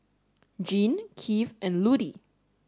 Gene Keith and Ludie